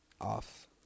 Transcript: off